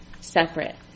separate